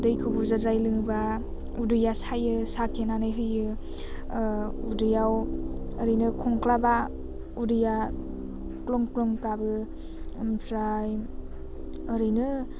दैखौ बुरजाद्राय लोङोबा उदैआ सायो साखेनानै होयो उदैआव ओरैनो खंख्लाबा उदैआ ख्लं ख्लं गाबो ओमफ्राय ओरैनो